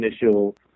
initial